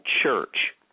church